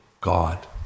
God